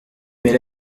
mais